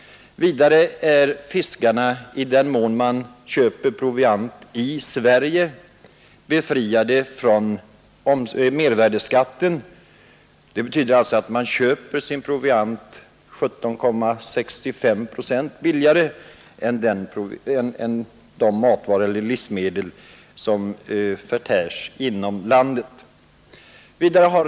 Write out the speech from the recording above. Vidare är fiskarna, i den mån de köper proviant i Sverige, befriade från mervärdeskatten. Det betyder alltså att de köper sin proviant 17,65 procent billigare än de matvaror eller livsmedel som konsumeras inom landet.